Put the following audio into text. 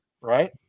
right